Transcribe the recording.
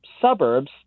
suburbs